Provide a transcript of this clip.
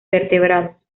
vertebrados